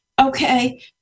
Okay